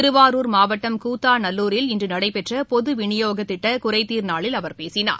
திருவாரூர் மாவட்டம் கூத்தாநல்லூரில் இன்று நடைபெற்ற பொது விநியோகத் திட்ட குறைதீர் நாளில் அவர் பேசினார்